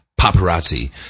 paparazzi